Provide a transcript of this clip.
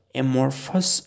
amorphous